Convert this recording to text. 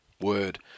Word